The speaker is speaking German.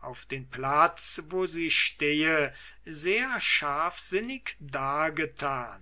auf den platz wo sie stehe sehr scharfsinnig dargetan